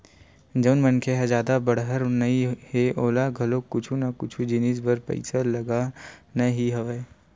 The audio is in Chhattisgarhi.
जउन मनखे ह जादा बड़हर नइ हे ओला घलो कुछु ना कुछु जिनिस बर पइसा लगना ही हवय